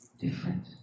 different